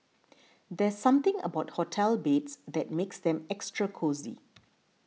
there's something about hotel beds that makes them extra cosy